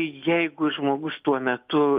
jeigu žmogus tuo metu